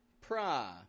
pra